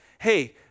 hey